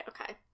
Okay